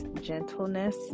gentleness